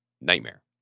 nightmare